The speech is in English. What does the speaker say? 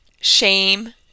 shame